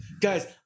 guys